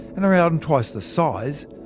and around and twice the size,